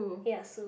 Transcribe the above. ya sue